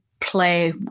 play